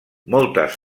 moltes